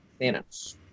Thanos